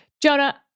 Jonah